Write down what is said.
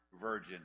Virgin